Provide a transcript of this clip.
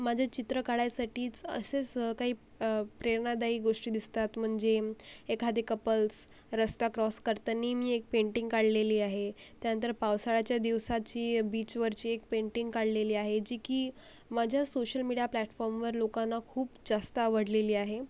माजं चित्र काळायसाटीच असेस काई प्रेरनादायी गोष्टी दिसतात मनजे एखादे कपल्स रस्ता क्रॉस करतानी मी एक पेंटिंग काळलेली आहे त्यानंतर पावसाळ्याच्या दिवसाची बीचवरची एक पेंटिंग काळलेली आहे जी की माझ्या सोशल मीडिया प्लॅटफॉमवर लोकांना खूप जास्त आवडलेली आहे